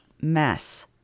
mess